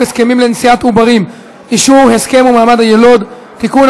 הסכמים לנשיאת עוברים (אישור הסכם ומעמד היילוד) (תיקון,